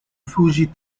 fuji